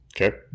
Okay